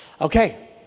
Okay